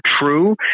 true